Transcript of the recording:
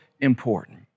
important